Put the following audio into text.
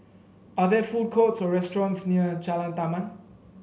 are there food courts or restaurants near Jalan Taman